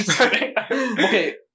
Okay